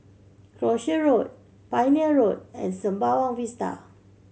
Croucher Road Pioneer Road and Sembawang Vista